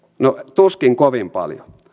tuskin kovin paljon